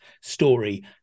story